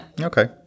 Okay